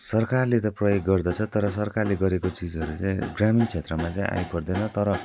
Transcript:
सरकारले त प्रयोग गर्दछ तर सरकारले गरेको चिजहरू चाहिँ ग्रामीण क्षेत्रमा चाहिँ आइपर्दैन तर